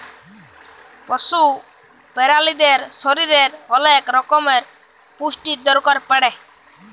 পশু প্রালিদের শরীরের ওলেক রক্যমের পুষ্টির দরকার পড়ে